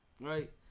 right